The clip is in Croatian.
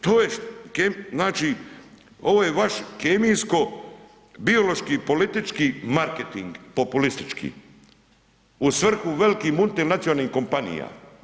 To je, znači ovo je vaš, kemijsko biološki politički marketing populistički u svrhu velikih multinacionalnih kompanija.